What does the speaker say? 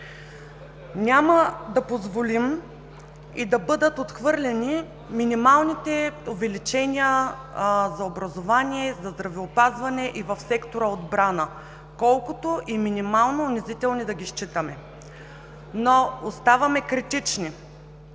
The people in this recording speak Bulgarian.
Няма да позволим и да бъдат отхвърлени минималните увеличения за образование, за здравеопазване и в сектор „Отбрана“ колкото и минимално унизителни да ги считаме. Оставаме критични